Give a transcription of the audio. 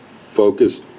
focus